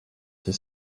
ses